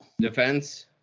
Defense